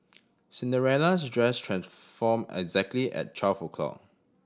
Cinderella's dress transformed exactly at twelve o' clock